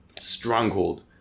stronghold